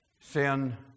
Sin